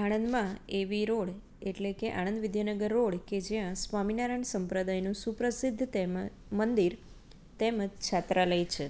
આણંદમાં એવી રોડ એટલે કે આણંદ વિદ્યાનગર રોડ કે જ્યાં સ્વામિનારાયણ સંપ્રદાયનું સુપ્રસિદ્ધ તેમ મંદિર તેમજ છાત્રાલય છે